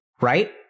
Right